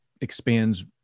expands